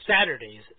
Saturdays